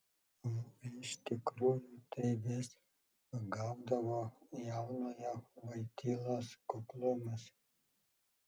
o iš tikrųjų tai vis pagaudavo jaunojo vojtylos kuklumas